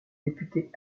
député